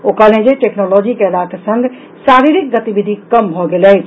ओ कहलनि जे टेक्नोलॉजी के अयलाक संग शारीरिक गतिविधि कम भऽ गेल अछि